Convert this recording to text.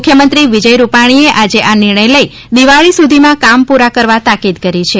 મુખ્યમંત્રી વિજય રૂપાણીએ આજે આ નિર્ણય લઇ દિવાળી સુધીમાં કામ પુરા કરવા તાકીદ કરી છે